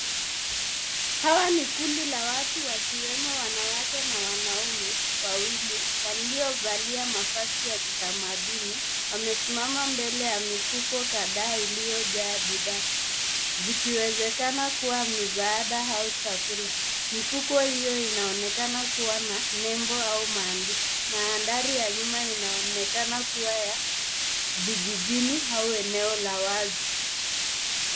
Hawa ni kundi la watu wakiwemo wanawake na wanaume, wawili waliovalia mavazi ya kitamaduni. Wamesimama mbele ya mifuko kadhaa iliyojaa bidhaa, zikiwezekana kua misaada au chakula. Mifuko hio inaonekana kua na nebo au maandishi. Mandhari ya nyuma inaonekana kua ya vijijini au eneo la wazi.